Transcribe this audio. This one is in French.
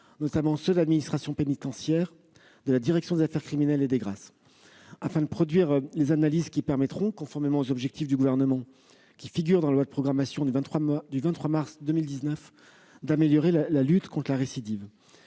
notamment ceux de l'administration pénitentiaire et de la direction des affaires criminelles et des grâces, afin de produire les analyses qui permettront, conformément aux objectifs du Gouvernement figurant dans la loi de programmation du 23 mars 2019, d'améliorer la lutte contre la récidive.